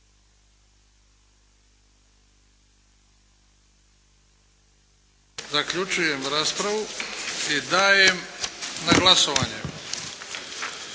Zaključujem raspravu i dajem na glasovanje.